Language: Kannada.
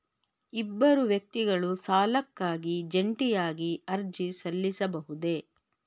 ಇಬ್ಬರು ವ್ಯಕ್ತಿಗಳು ಸಾಲಕ್ಕಾಗಿ ಜಂಟಿಯಾಗಿ ಅರ್ಜಿ ಸಲ್ಲಿಸಬಹುದೇ?